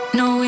no